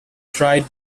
tried